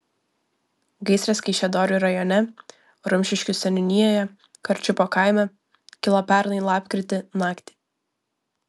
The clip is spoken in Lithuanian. gaisras kaišiadorių rajone rumšiškių seniūnijoje karčiupio kaime kilo pernai lapkritį naktį